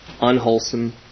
unwholesome